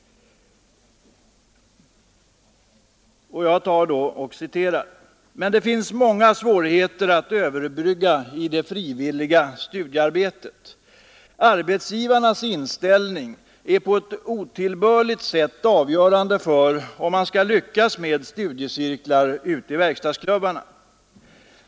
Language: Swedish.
Jag anförde: ”Men det finns många svårigheter att överbrygga i det frivilliga studiearbetet. Arbetsgivarnas inställning är på ett otillbörligt sätt avgörande för hur man ska lyckas med studiecirklar ute i verkstadsklubbarna.